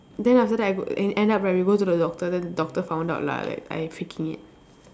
then after that I go e~ end up right we go to the doctor then doctor found out lah like I faking it